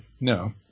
no